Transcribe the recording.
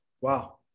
Wow